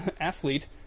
athlete